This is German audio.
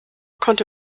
konnte